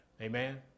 Amen